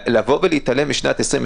להתעלם משנת 2020,